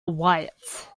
what